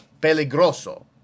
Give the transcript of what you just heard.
peligroso